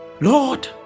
Lord